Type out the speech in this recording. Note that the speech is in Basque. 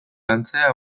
lantzea